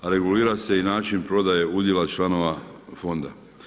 A regulira se i način prodaje udjela članova fonda.